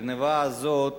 הגנבה הזאת